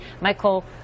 Michael